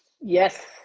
Yes